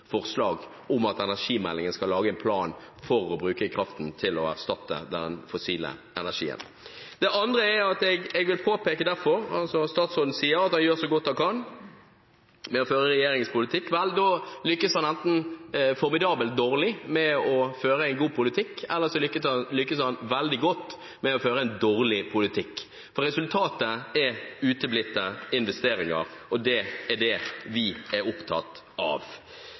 forslag om at det i energimeldingen skal lages en plan for å bruke kraften til å erstatte den fossile energien. Det andre jeg derfor vil påpeke, er at statsråden sier at han gjør så godt som han kan med å føre regjeringens politikk. Vel, da lykkes han enten formidabelt dårlig med å føre en god politikk, eller så lykkes han veldig godt med å føre en dårlig politikk. For resultatet er uteblitte investeringer, og det er det vi er opptatt av.